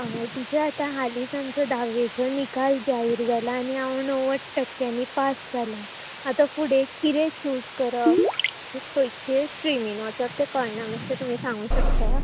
हय टिचर आतां हालींच आमचो धाव्वेचो निकाल जाहीर जाला आनी हांव णव्वद टक्क्यांनी पास जाला आतां फुडें कितें चूज करप खंयचें स्ट्रिमीन वचप तें कळना माच्चें तुमी सांगू शकता